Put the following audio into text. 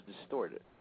distorted